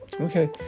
Okay